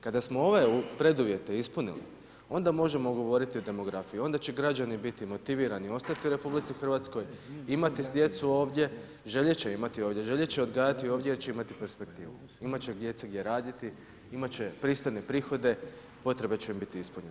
Kada smo ove preduvjete ispunili onda možemo govoriti o demografiji, onda će građani biti motivirani ostati u RH imati djecu ovdje, željeti će imati ovdje, željeti će odgajati ovdje jer će imati perspektivu, imati će djeca gdje raditi, imati će pristojne prihode, potrebe će im biti ispunjene.